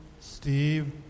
Steve